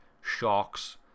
sharks